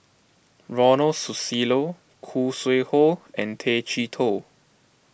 Ronald Susilo Khoo Sui Hoe and Tay Chee Toh